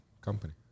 company